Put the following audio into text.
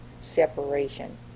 separation